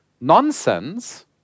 nonsense